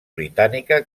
britànica